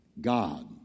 God